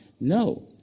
no